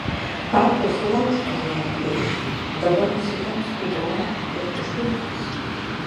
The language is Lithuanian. papų su laužtuvu neatplėši dabar nusitemps į bromą ir išdulkins